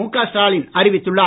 முக ஸ்டாவின் அறிவித்துள்ளார்